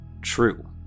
true